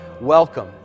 welcome